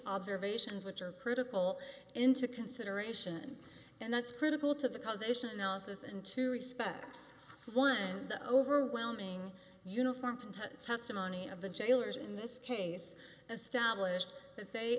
observations which are critical into consideration and that's critical to the causation analysis and to respect one of the overwhelming uniformed testimony of the jailers in this case as stablished that they